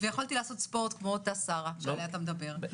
ויכולתי לעשות ספורט כמו אותה שרה שעליה אתה מדבר.